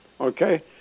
Okay